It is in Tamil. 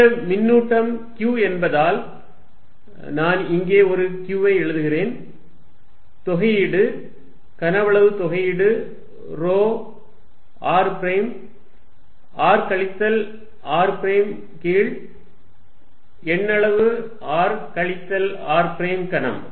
இந்த மின்னூட்டம் q என்பதால் நான் இங்கே ஒரு q ஐ எழுதுகிறேன் தொகையீடு கனவளவுத்தொகையீடு ρ r பிரைம் r கழித்தல் r பிரைம் கீழ் எண்ணளவு r கழித்தல் r பிரைம் கனம்